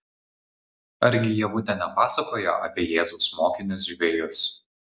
argi ievutė nepasakojo apie jėzaus mokinius žvejus